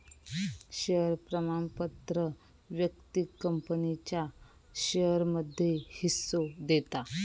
share प्रमाणपत्र व्यक्तिक कंपनीच्या शेयरमध्ये हिस्सो देता